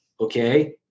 okay